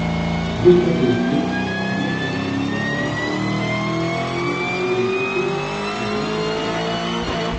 bus pakeisti viešojo transporto maršrutai vietoj troleibusų važiuos autobusai